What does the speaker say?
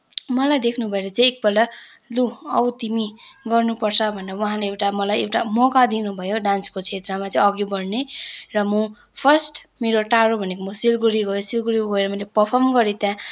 मलाई देख्नुभयो र चाहिँ एकपल्ट लु आऊ तिमी गर्नुपर्छ भनेर उहाँले एउटा मलाई एउटा मौका दिनुभयो डान्सको क्षेत्रमा चाहिँ अघि बढ्ने र म फर्स्ट मेरो टाढो भनेको म सिलगडी गएँ सिलगडी गएर मैले पर्फम गरेँ त्यहाँ